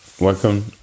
welcome